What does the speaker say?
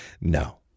No